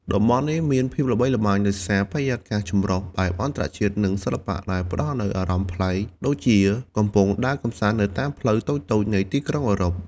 តំបន់នេះមានភាពល្បីល្បាញដោយសារបរិយាកាសចម្រុះបែបអន្តរជាតិ និងសិល្បៈ ដែលផ្តល់នូវអារម្មណ៍ប្លែក ដូចជាកំពុងដើរកម្សាន្តនៅតាមផ្លូវតូចៗនៃទីក្រុងអឺរ៉ុប។